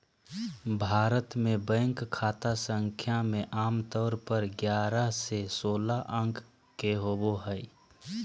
भारत मे बैंक खाता संख्या मे आमतौर पर ग्यारह से सोलह अंक के होबो हय